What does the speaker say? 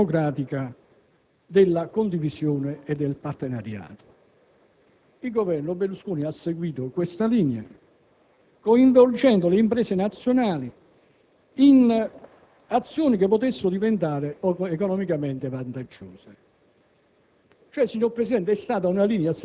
e quella liberal-democratica della condivisione e del partenariato. Il Governo Berlusconi ha seguito questa linea coinvolgendo le imprese nazionali in azioni che potessero diventare economicamente vantaggiose;